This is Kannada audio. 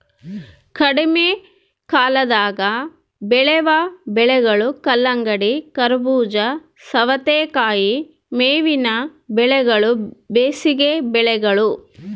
ಕಡಿಮೆಕಾಲದಾಗ ಬೆಳೆವ ಬೆಳೆಗಳು ಕಲ್ಲಂಗಡಿ, ಕರಬೂಜ, ಸವತೇಕಾಯಿ ಮೇವಿನ ಬೆಳೆಗಳು ಬೇಸಿಗೆ ಬೆಳೆಗಳು